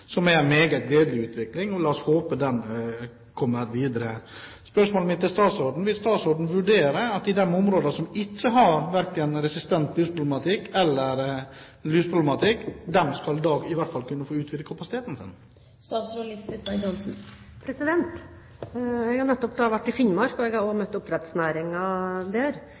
som er en meget gledelig utvikling. La oss håpe det vedvarer. Spørsmålet mitt til statsråden er: Vil statsråden vurdere om man i de områdene som ikke har problemer med verken resistent lus eller lus generelt, skal kunne få utvidet kapasitet? Jeg har nettopp vært i Finnmark og møtt oppdrettsnæringen der. Det vi diskuterte mest, var vel ikke akkurat økning i MTB, all den tid de fortsatt har